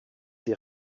tes